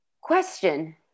Question